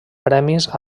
premis